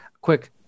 quick